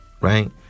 right